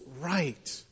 right